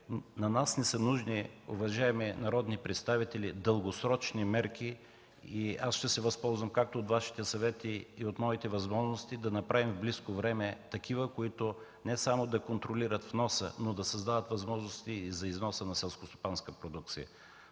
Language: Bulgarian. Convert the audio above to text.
на нас са ни нужни дългосрочни мерки и ще се възползвам както от Вашите съвети, така и от моите възможности да направим в близко време такива, които не само да контролират вноса, но и да създават възможности за износа на селскостопанската продукция.